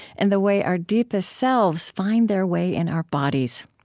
and the way our deepest selves find their way in our bodies.